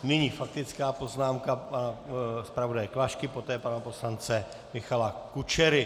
Nyní faktická poznámka pana zpravodaje Klašky, poté pana poslance Michala Kučery.